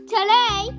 Today